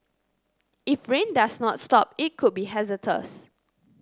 if rain does not stop it could be hazardous